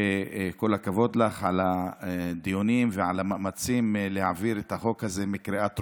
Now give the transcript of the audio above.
וכל הכבוד לך על הדיונים ועל המאמצים להעביר את החוק בקריאה טרומית,